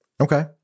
Okay